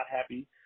happy